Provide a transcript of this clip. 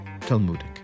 Talmudic